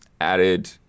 added